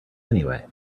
anyway